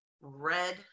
red